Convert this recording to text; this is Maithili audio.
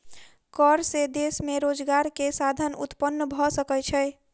कर से देश में रोजगार के साधन उत्पन्न भ सकै छै